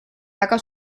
väga